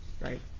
right